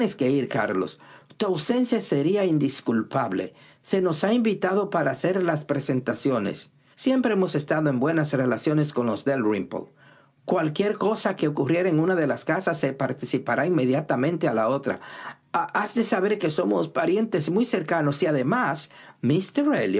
carlos tu ausencia sería indisculpable se nos ha invitado para hacer las presentaciones siempre hemos estado en buenas relaciones con los dalrymple cualquier cosa que ocurriera en una de las casas se participará inmediatamente a la otra has de saber que somos parientes muy cercanos y además